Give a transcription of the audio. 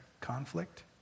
conflict